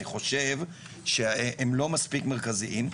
אני חושב שהם לא מספיק מרכזיים.